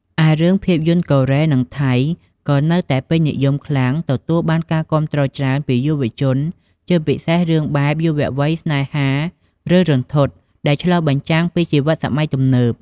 ឯរឿងភាពយន្តកូរ៉េ និងថៃ ក៏នៅតែពេញនិយមខ្លាំងទទួលបានការគាំទ្រច្រើនពីយុវវ័យជាពិសេសរឿងបែប យុវវ័យ ស្នេហា ឬរន្ធត់ ដែលឆ្លុះបញ្ចាំងពីជីវិតសម័យទំនើប ។